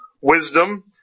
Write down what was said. wisdom